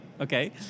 Okay